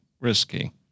risky